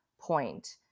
point